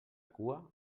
cua